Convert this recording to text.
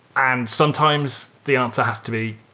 and sometimes the answer has to be,